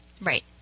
Right